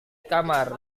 kamar